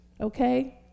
okay